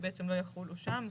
שבעצם לא יחולו שם.